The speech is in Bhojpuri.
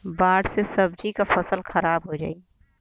बाढ़ से सब्जी क फसल खराब हो जाई